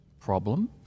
problem